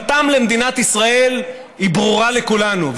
חיבתם למדינת ישראל היא ברורה לכולנו,